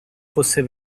fosse